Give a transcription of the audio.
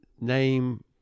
Name